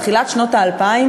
לתחילת שנות האלפיים,